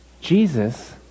Jesus